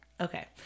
Okay